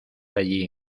allí